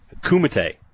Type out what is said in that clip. kumite